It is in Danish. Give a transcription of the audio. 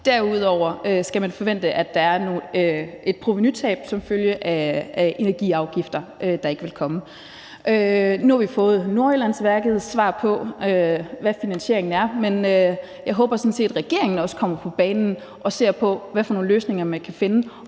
Derudover skal man forvente, at der er et provenutab som følge af energiafgifter, der ikke vil komme. Nu har vi fået Nordjyllandsværkets svar på, hvad finansieringen er, men jeg håber sådan set, at regeringen også kommer på banen og ser på, hvad for nogle løsninger man kan finde.